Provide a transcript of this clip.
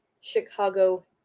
Chicago